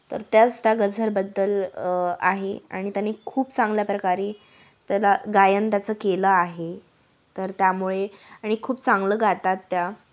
तर त्याच त्या गझलबद्दल आहे आणि त्यांनी खूप चांगल्या प्रकारे त्याला गायन त्याचं केलं आहे तर त्यामुळे आणि खूप चांगलं गातात त्या